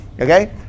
okay